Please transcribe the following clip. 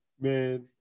Man